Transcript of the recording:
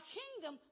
kingdom